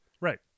Right